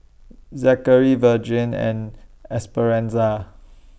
Zackery Vergie and Esperanza